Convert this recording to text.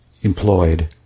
employed